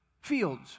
fields